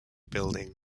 building